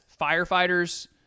firefighters